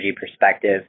perspective